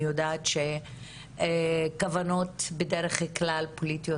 אני יודעת שכוונות בדרך כלל פוליטיות